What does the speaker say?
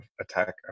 attack